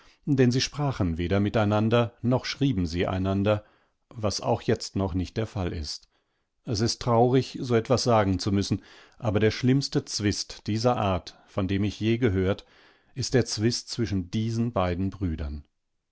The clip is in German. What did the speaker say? denn sie sprachen weder miteinander noch schrieben sie einander was auch jetzt noch nicht der fall ist es ist traurig so etwas sagen zu müssen aber der schlimmste zwist dieser art von dem ich je gehört ist der zwist zwischen diesen beidenbrüdern